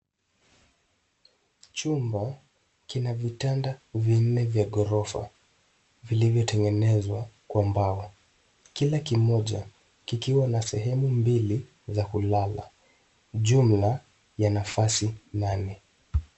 Chumba kina vitanda vinne vya ghorofa, vilivyotengenezwa kwa mbao. Kila kimoja, kikiwa na sehemu mbili za kulala jumla ya nafasi nane.